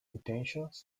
intentions